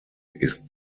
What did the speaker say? ist